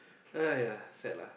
aiyah sad lah